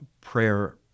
Prayer-